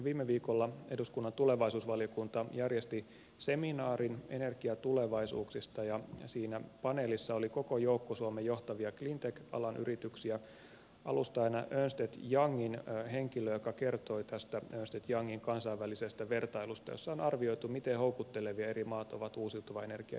viime viikolla eduskunnan tulevaisuusvaliokunta järjesti seminaarin energiatulevaisuuksista ja siinä paneelissa oli koko joukko suomen johtavia cleantech alan yrityksiä ja alustajana ernst youngin henkilö joka kertoi tästä ernst youngin kansainvälisestä vertailusta jossa on arvioitu miten houkuttelevia eri maat ovat uusiutuvan energian investointien kannalta